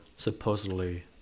Supposedly